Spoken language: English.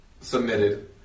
submitted